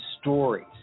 stories